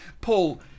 Paul